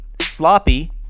Sloppy